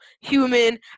human